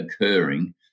occurring